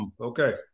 Okay